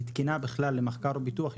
אם היא תקינה בכלל למחקר ופיתוח,